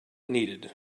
needed